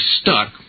stuck